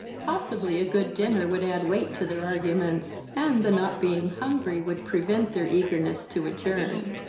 possibly a good dinner would add weight to their arguments, and the not being hungry would prevent their eagerness to adjourn.